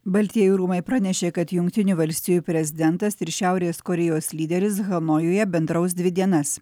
baltieji rūmai pranešė kad jungtinių valstijų prezidentas ir šiaurės korėjos lyderis hanojuje bendraus dvi dienas